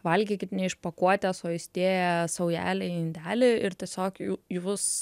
valgykit ne iš pakuotės o įsidėję saujelę į indelį ir tiesiog jūs